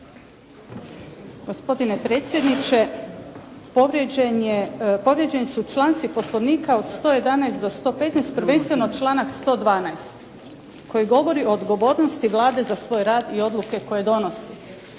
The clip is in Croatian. Gospodine predsjedniče. Povrijeđeni su članci Poslovnika od 111. do 115. prvenstveno članak 112. koji govori o odgovornosti Vlade za svoj rad i odluke koje donosi.